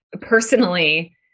personally